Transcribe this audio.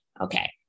Okay